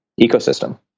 ecosystem